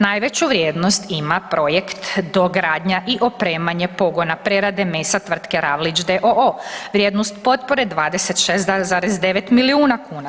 Najveću vrijednost ima projekt dogradnja i opremanje pogona prerade mesa tvrtke Ravlić d.o.o. vrijednost potpore 26,9 milijuna kuna.